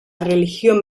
religión